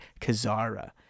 Kazara